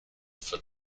for